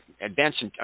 advanced